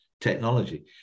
technology